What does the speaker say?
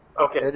Okay